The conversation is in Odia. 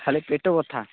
ଖାଲି ପେଟ ବଥା